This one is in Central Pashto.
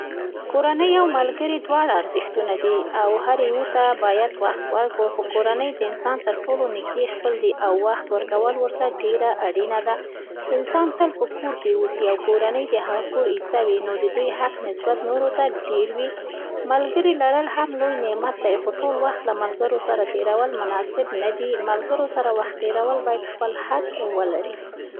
کورني او ملګرې دواړه ارزښتونه دي او هر یوه ته باید وخت ورکړو، خو کورني د انسان تر ټولو نږدې خپل دي او وخت ورکول ورته ډېره اړینه ده. انسان تل په کور اوسي او کورنۍ د هغه کور حصه وي، نو د دوی حق نسبت نورو ته ډېر وي. ملګري لرل هم لوی نعمت دی، خو ټول وخت له ملګرو سره تېرول مناسب نه دي، ملګرو سره وخت تېرول، باید خپل حد ولري.